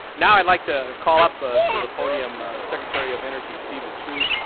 now, i'd like to call up ah to the podium secretary of energy, steven chu.